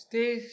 Stay